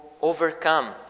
overcome